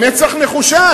במצח נחושה,